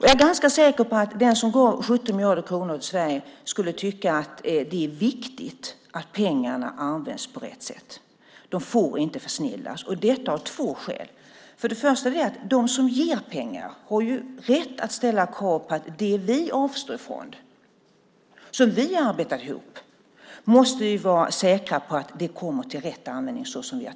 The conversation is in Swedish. Jag är ganska säker på att den som ger 17 miljarder kronor till Sverige skulle tycka att det är viktigt att pengarna används på rätt sätt. De får inte försnillas - av två skäl. De som ger pengar har rätt att ställa krav på att det de avstår från, arbetar ihop, kommer till rätt användning.